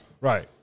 Right